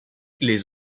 les